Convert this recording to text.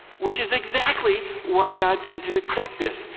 which is exactly why god said to expect it.